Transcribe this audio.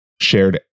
shared